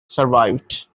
survived